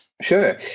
Sure